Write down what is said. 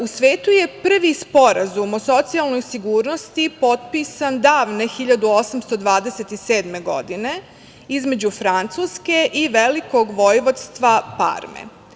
U svetu je prvi sporazum o socijalnoj sigurnosti potpisan davne 1827. godine, između Francuske i Velikog Vojvodska Parme.